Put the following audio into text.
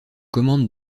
commande